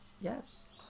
Yes